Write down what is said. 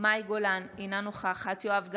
מאי גולן, אינה נוכחת יואב גלנט,